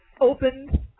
opened